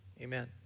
amen